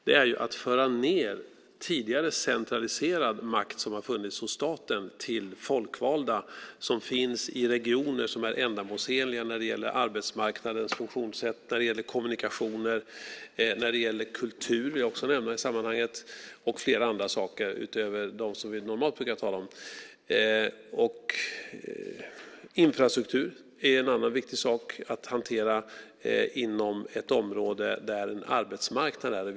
Det är ju att föra ned tidigare centraliserad makt som har funnits hos staten till folkvalda som finns i regioner som är ändamålsenliga när det gäller arbetsmarknadens funktionssätt, kommunikationer, kultur - som jag också gärna vill nämna i sammanhanget - och flera andra saker utöver dem som vi normalt brukar tala om. Infrastruktur är en annan viktig sak att hantera inom ett område där en arbetsmarknad finns.